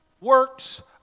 works